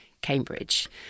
Cambridge